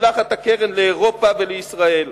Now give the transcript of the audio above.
משלחת הקרן לאירופה ולישראל,